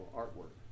artwork